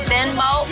Venmo